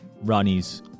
Ronnie's